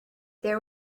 there